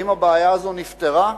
האם הבעיה הזאת נפתרה?